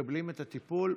מקבלים את הטיפול.